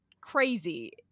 crazy